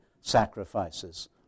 sacrifices